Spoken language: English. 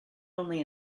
only